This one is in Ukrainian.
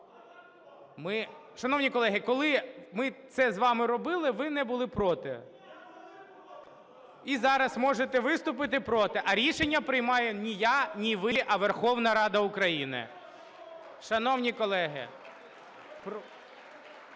Шановні колеги, коли ми це з вами робили, ви не були проти. (Шум у залі) І зараз можете виступити проти, а рішення приймаю ні я, ні ви, а Верховна Рада України. Шановні колеги,